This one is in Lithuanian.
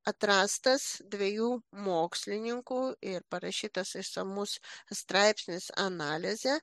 atrastas dviejų mokslininkų ir parašytas išsamus straipsnis analizė